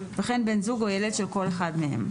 וכן בן זוג או ילד של כל אחד מהם.